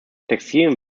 textilien